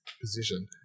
position